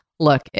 look